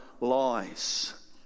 lies